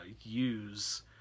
use